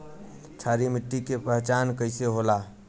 क्षारीय मिट्टी के पहचान कईसे होला?